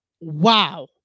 wow